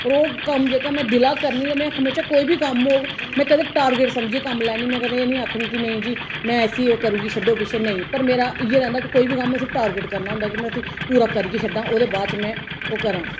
ओह् कम्म जेह्का में दिला करनी ते में हमेशां कोई बी कम्म होग में कदें टारगेट समझियै कम्म लैन्नी मैं कदें एह् नेईं आक्खनी कि नेईं जी में इसी ओह् करगी छड्ढो पिच्छें नेईं पर मेरा इयै रौंह्दा कि कोई बी कम्म में उसी टारगेट करना होंदा कि में उसी पूरा करियै छड्ढां ओह्दे बाद च में ओह् करां